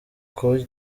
kuba